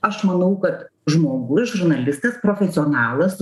aš manau kad žmogus žurnalistas profesionalas